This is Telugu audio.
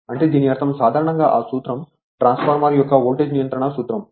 అంటే దీని అర్థం సాధారణంగా ఆ సూత్రం ట్రాన్స్ఫార్మర్ యొక్క వోల్టేజ్ నియంత్రణ సూత్రం